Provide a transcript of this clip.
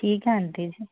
ਠੀਕ ਹੈ ਆਂਟੀ ਜੀ